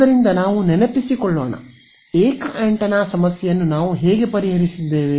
ಆದ್ದರಿಂದ ನಾವು ನೆನಪಿಸಿಕೊಳ್ಳೋಣ ಏಕ ಆಂಟೆನಾ ಸಮಸ್ಯೆಯನ್ನು ನಾವು ಹೇಗೆ ಪರಿಹರಿಸಿದ್ದೇವೆ